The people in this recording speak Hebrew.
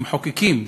כמחוקקים,